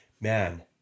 man